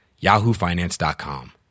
yahoofinance.com